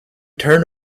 turn